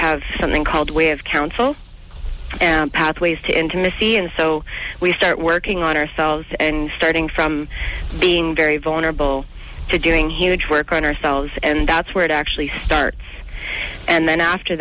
have something called we have council out ways to intimacy and so we start working on ourselves and starting from being very vulnerable to getting huge work on ourselves and that's where it actually start and then after